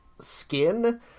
skin